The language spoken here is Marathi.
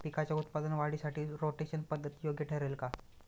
पिकाच्या उत्पादन वाढीसाठी रोटेशन पद्धत योग्य ठरेल का?